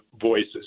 voices